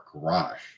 garage